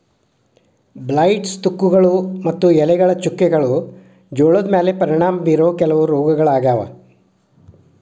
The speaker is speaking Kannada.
ಬ್ಲೈಟ್ಸ್, ತುಕ್ಕುಗಳು ಮತ್ತು ಎಲೆಗಳ ಚುಕ್ಕೆಗಳು ಜೋಳದ ಮ್ಯಾಲೆ ಪರಿಣಾಮ ಬೇರೋ ಕೆಲವ ರೋಗಗಳಾಗ್ಯಾವ